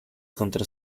contra